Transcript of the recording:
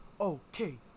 Okay